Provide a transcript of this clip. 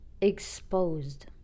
exposed